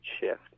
shift